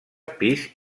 pis